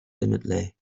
timidly